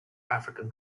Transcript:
african